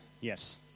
yes